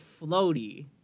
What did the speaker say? floaty